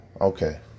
Okay